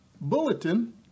bulletin